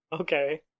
Okay